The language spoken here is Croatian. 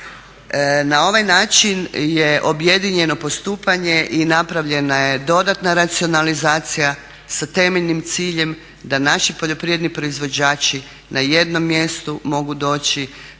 Na ovaj način je objedinjeno postupanje i napravljena je dodatna racionalizacija sa temeljnim ciljem da naši poljoprivredni proizvođači na jednom mjestu mogu doći